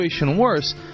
worse